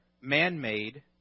man-made